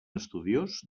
estudiós